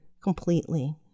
completely